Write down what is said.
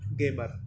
gamer